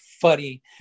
funny